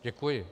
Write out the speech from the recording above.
Děkuji.